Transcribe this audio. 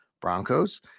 Broncos